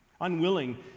unwilling